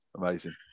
amazing